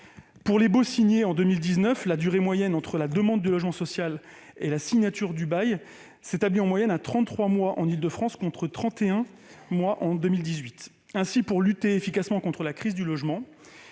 Pour les baux signés en 2019, la durée moyenne entre la demande de logement social et la signature du bail s'établit en moyenne à trente-trois mois en Île-de-France, contre trente et un en 2018. Pour lutter efficacement contre la crise du logement